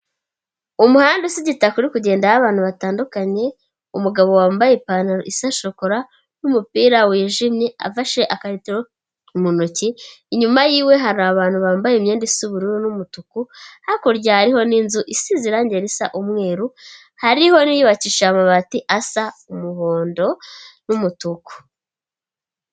Umuhanda usa igitaka uri kugendaho abantu batandukanye, umugabo wambaye ipantaro isa shokora n'umupira wijimye, afashe akalitiro mu ntoki, inyuma yiwe hari abantu bambaye imyenda isa ubururu n'umutuku, hakurya hariho n'inzu isize irangi risa umweru, hariho n'iyubakishije amabati asa umuhondo n'umutuku.